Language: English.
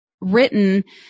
written